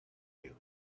you